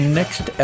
next